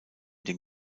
den